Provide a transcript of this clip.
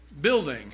building